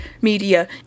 media